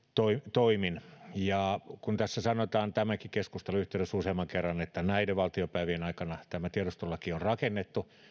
toimin ja kun tässä sanotaan tämänkin keskustelun yhteydessä useamman kerran että näiden valtiopäivien aikana tämä tiedustelulaki on rakennettu